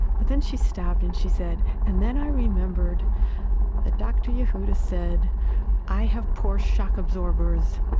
but then she stopped, and she said, and then i remembered that dr. yehuda said i have poor shock absorbers,